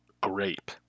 grape